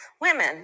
women